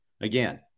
Again